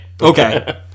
Okay